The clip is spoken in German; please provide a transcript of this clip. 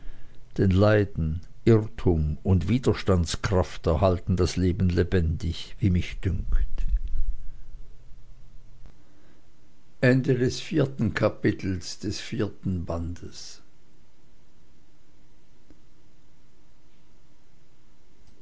denn leiden irrtum und widerstandskraft erhalten das leben lebendig wie mich dünkt